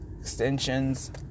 extensions